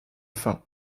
faim